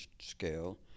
scale